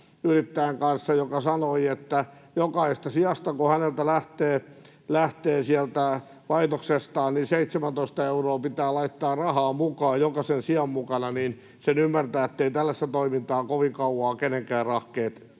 sikayrittäjän kanssa, joka sanoi, että jokaisen sian mukana, joka häneltä lähtee sieltä laitoksesta, 17 euroa pitää laittaa rahaa. Sen ymmärtää, etteivät tällaista toimintaa kovin kauaa kenenkään rahkeet